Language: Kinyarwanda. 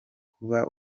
kuba